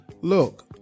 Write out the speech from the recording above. Look